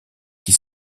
qui